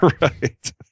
Right